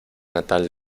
natal